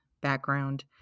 background